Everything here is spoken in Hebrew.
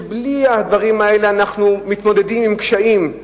כשבלי הדברים האלה אנחנו מתמודדים עם קשיים,